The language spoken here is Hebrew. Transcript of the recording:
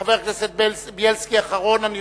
חבר הכנסת בילסקי הוא אחרון הנרשמים.